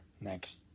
next